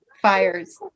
Fires